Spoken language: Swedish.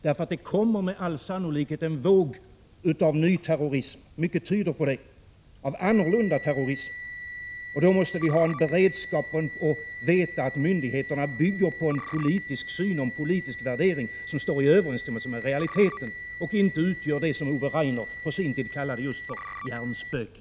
Det kommer nämligen med all sannolikhet en våg av ny och annorlunda terrorism — mycket tyder på det. Då måste vi ha en beredskap och veta att myndigheternas uppfattning bygger på en politisk syn och en politisk värdering som står i överensstämmelse med realiteten och inte utgör det som Ove Rainer på sin tid kallade just hjärnspöken.